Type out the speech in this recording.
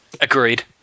agreed